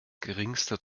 geringste